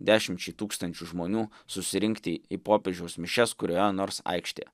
dešimčiai tūkstančių žmonių susirinkti į popiežiaus mišias kurioje nors aikštėje